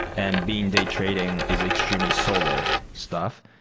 and being day trading is extremely solo stuff,